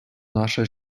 наше